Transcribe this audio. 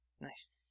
Nice